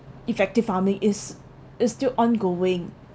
effective farming is is still ongoing